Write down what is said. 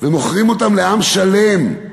ומוכרים אותן לעם שלם.